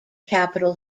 capital